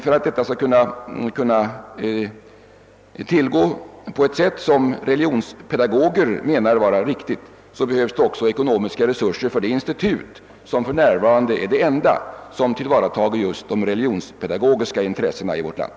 För att den skall kunna ske på ett sätt som religionspedagoger anser rik tigt behövs det också ekonomiska resurser för det institut som för närvarande är det enda som tillvaratar just de religionspedagogiska intressena i vårt land.